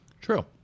True